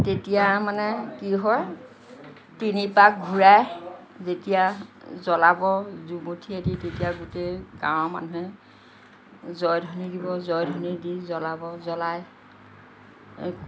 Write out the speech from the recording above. তেতিয়া মানে কি হয় তিনিপাক ঘূৰাই যেতিয়া জলাব জুমুঠিয়েদি তেতিয়া গোটেই গাঁৱৰ মানুহে জয়ধ্বনি দিব জয়ধ্বনি দি জ্ৱলাব জ্ৱলাই